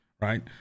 right